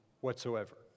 whatsoever